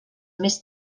més